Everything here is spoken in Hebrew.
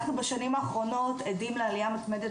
אנחנו בשנים האחרונות עדים לעלייה מתמדת